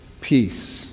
peace